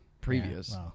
previous